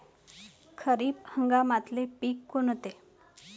खरीप हंगामातले पिकं कोनते?